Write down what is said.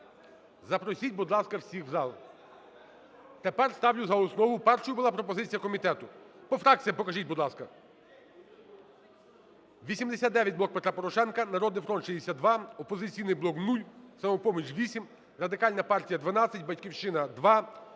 Запросіть, будь ласка, всіх в зал. Тепер ставлю за основу, першою була пропозиція комітету. Будь ласка, по фракціям покажіть, будь ласка. 89 - "Блок Петра Порошенка", "Народний фронт" – 62, "Опозиційний блок" – 0, "Самопоміч" – 8, Радикальна партія – 12, "Батьківщина"